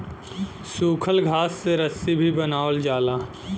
सूखल घास से रस्सी भी बनावल जाला